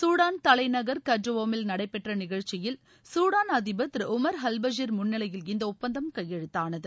Sudan தலைநகர் கர்ட்டோவுமில் நடைபெற்ற நிகழ்ச்சியில் சூடான் அதிபர் திரு உமர் அவ்பஷீர் முன்னிலையில் இந்த ஒப்பந்தம் கையெழுத்தானது